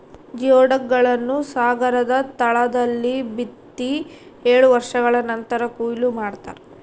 geoduck ಗಳನ್ನು ಸಾಗರದ ತಳದಲ್ಲಿ ಬಿತ್ತಿ ಏಳು ವರ್ಷಗಳ ನಂತರ ಕೂಯ್ಲು ಮಾಡ್ತಾರ